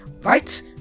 right